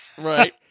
right